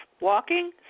walking